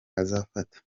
azafata